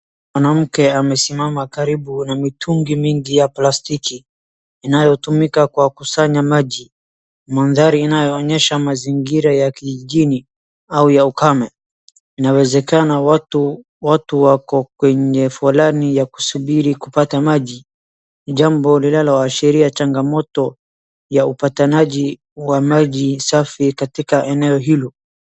Kuna mke amesimama karibu na mitungi mingi ya plastiki inayotumika kwa kusanya maji. Mandhari inayoonyesha mazingira ya kijijini au ya ukame. Inawezekana watu, watu wako kwenye foleni ya kusubiri kupata maji ni jambo linalohashiria changamoto ya upatanaji wa maji safi katika eneo hilo.